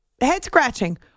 head-scratching